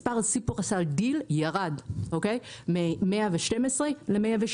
מספר סניפי שופרסל דיל ירד מ-112 ל-107.